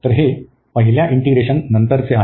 तर हे पहिल्या इंटीग्रेशननंतरचे आहे